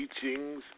teachings